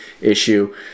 issue